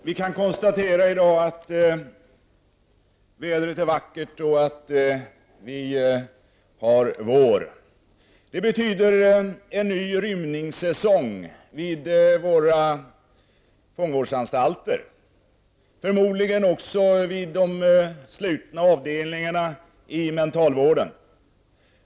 Herr talman! Vi kan i dag konstatera att vädret är vackert och att det är vår! Det betyder ännu en rymningssäsong vid våra fångvårdsanstalter, förmodligen också vid våra slutna avdelningar i mentalvården.